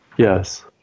Yes